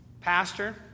pastor